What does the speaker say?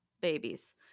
babies